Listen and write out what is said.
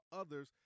others